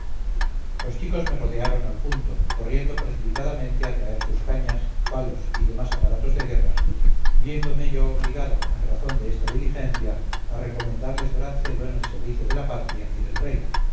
los chicos me rodearon al punto corriendo precipitadamente a traer sus cañas palos y demás aparatos de guerra viéndome yo obligado en razón de esta diligencia a recomendarles gran celo en el servicio de la patria y del rey